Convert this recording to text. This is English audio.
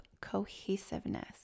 cohesiveness